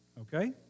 okay